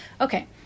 okay